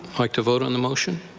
like to vote on the motion?